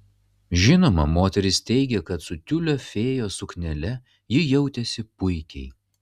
žinoma moteris teigė kad su tiulio fėjos suknele ji jautėsi puikiai